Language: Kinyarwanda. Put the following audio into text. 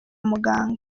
muganga